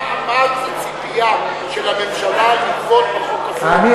מה הציפייה של הממשלה לגבות בחוק הזה?